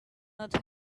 earth